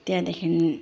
त्यहाँदेखिन्